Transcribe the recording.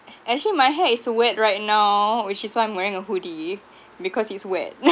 actually my hair is wet right now which is why I'm wearing a hoodie because it's wet